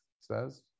says